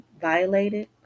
violated